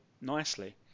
nicely